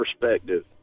perspective